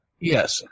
Yes